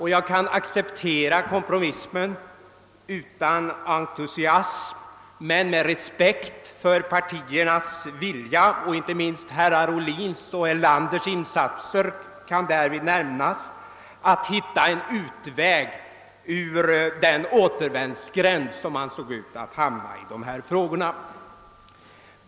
Jag kan acceptera kompromissen utan entusiasm men med respekt för partiernas vilja — inte minst herrar Ohlins och Erlanders insatser kan därvid nämnas — att hitta en utväg ur den återvändsgränd som man såg ut att hamna i.